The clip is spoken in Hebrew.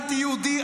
אנטי-יהודי,